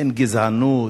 אין גזענות.